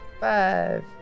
five